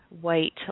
white